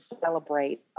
celebrate